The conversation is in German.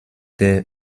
der